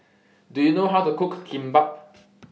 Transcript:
Do YOU know How to Cook Kimbap